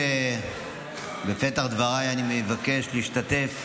בפתח דבריי אני מבקש להשתתף